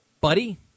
buddy